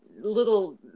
little